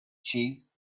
cheese